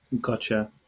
Gotcha